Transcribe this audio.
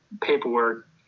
paperwork